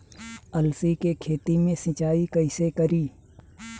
अलसी के खेती मे सिचाई कइसे करी?